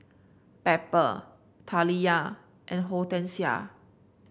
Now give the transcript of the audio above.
Pepper Taliyah and Hortensia